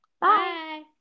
Bye